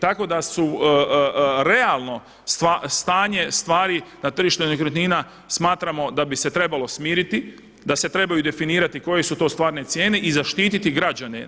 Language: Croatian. Tako da su realno stanje stvari na tržištu nekretnina smatramo da bi se trebalo smiriti, da se trebaju definirati koje su to stvarne cijene i zaštititi građene.